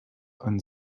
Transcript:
and